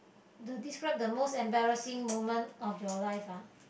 to describe the most embarrassing moment of your life ah